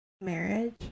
marriage